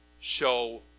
show